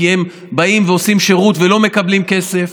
כי הם באים ועושים שירות ולא מקבלים כסף.